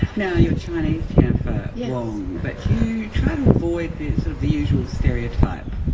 now, you're chinese jennifer wong, but you try to avoid the, sort of, the usual stereotype,